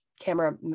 camera